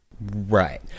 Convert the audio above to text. right